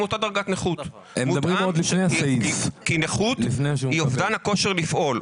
אותה דרגת נכות כי נכות היא אובדן הכושר לפעול.